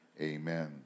amen